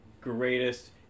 greatest